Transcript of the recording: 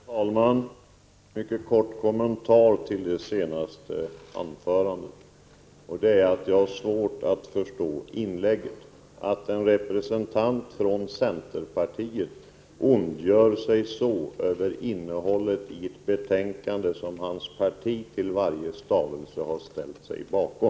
Herr talman! En mycket kort kommentar till det senaste anförandet: Jag har svårt att förstå ett inlägg där en representant för centerpartiet ondgör sig så över innehållet i ett betänkande som hans parti i varje stavelse har ställt sig bakom.